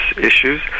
issues